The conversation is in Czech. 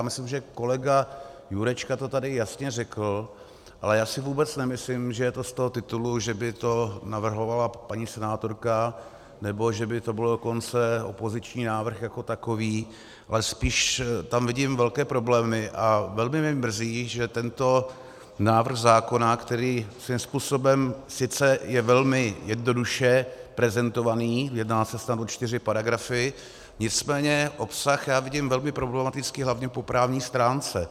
Myslím, že kolega Jurečka to tady jasně řekl, ale vůbec si nemyslím, že je to z toho titulu, že by to navrhovala paní senátorka, nebo že by to byl dokonce opoziční návrh jako takový, ale spíš tam vidím velké problémy, a velmi mě mrzí, že tento návrh zákona, který svým způsobem sice je velmi jednoduše prezentovaný, jedná se snad o čtyři paragrafy, nicméně obsah já vidím velmi problematický hlavně po právní stránce.